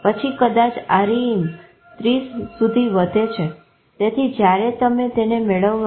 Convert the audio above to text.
પછી કદાચ REM 30 સુધી વધે છે